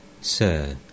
Sir